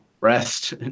Rest